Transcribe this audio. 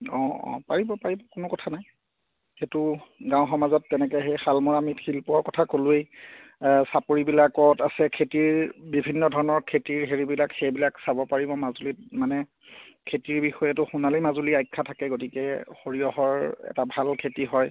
অঁ অঁ পাৰিব পাৰিব কোনো কথা নাই সেইটো গাওঁ সমাজত তেনেকৈ সেই শালমৰা মৃৎ শিল্প কথা ক'লোঁৱেই চাপৰিবিলাকত আছে খেতিৰ বিভিন্নধৰণৰ খেতিৰ হেৰিবিলাক সেইবিলাক চাব পাৰিব মাজুলীত মানে খেতিৰ বিষয়েটো সোণালী মাজুলী আখ্যা থাকে সেই সৰিয়হৰ এটা ভাল খেতি হয়